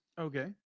okay